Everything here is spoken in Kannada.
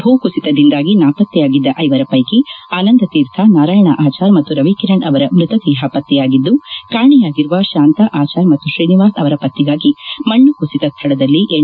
ಭೂಕುಸಿತದಿಂದಾಗಿ ನಾಪತ್ತೆಯಾಗಿದ್ದ ಐವರ ಪೈಕಿ ಆನಂದತೀರ್ಥ ನಾರಾಯಣ ಆಚಾರ್ ಮತ್ತು ರವಿಕಿರಣ್ ಅವರ ಮೃತದೇಹ ಪತ್ರೆಯಾಗಿದ್ದು ಕಾಣೆಯಾಗಿರುವ ಶಾಂತಾ ಆಚಾರ್ ಮತ್ತು ಶ್ರೀನಿವಾಸ್ ಅವರ ಪತ್ತೆಗಾಗಿ ಮಣ್ಣು ಕುಸಿದ ಸ್ಥಳದಲ್ಲಿ ಎನ್